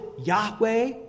Yahweh